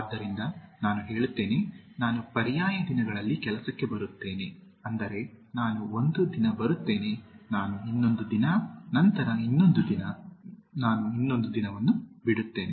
ಆದ್ದರಿಂದ ನಾನು ಹೇಳುತ್ತೇನೆ ನಾನು ಪರ್ಯಾಯ ದಿನಗಳಲ್ಲಿ ಕೆಲಸಕ್ಕೆ ಬರುತ್ತೇನೆ ಅಂದರೆ ನಾನು ಒಂದು ದಿನ ಬರುತ್ತೇನೆ ನಾನು ಇನ್ನೊಂದು ದಿನ ನಂತರ ಇನ್ನೊಂದು ದಿನ ನಾನು ಇನ್ನೊಂದು ದಿನವನ್ನು ಬಿಡುತ್ತೇನೆ